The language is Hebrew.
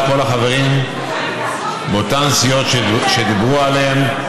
כל החברים באותן סיעות שדיברו עליהן: